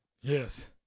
Yes